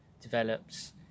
develops